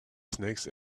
snakes